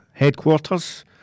headquarters